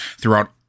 throughout